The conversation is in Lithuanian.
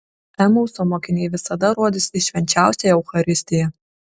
emauso mokiniai visada rodys į švenčiausiąją eucharistiją